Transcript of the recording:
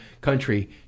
Country